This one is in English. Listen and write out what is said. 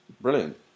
brilliant